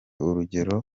urugero